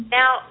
now